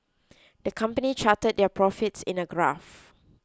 the company charted their profits in a graph